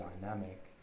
dynamic